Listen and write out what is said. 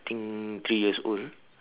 think three years old